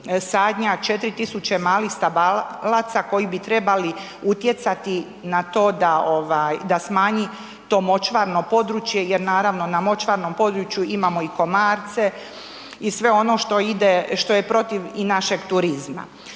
sadnja 4 tisuća malih stabalaca koji bi trebali utjecati na to da smanji to močvarno područje jer naravno, na močvarnom području imamo i komarce i sve ono što ide, što je protiv i našeg turizma.